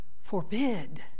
forbid